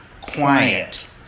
quiet